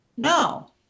No